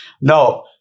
no